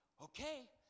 okay